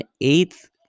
eighth